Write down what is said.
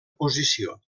posició